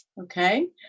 Okay